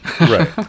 Right